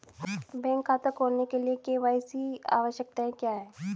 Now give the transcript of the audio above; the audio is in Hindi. बैंक खाता खोलने के लिए के.वाई.सी आवश्यकताएं क्या हैं?